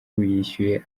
yishuye